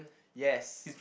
yes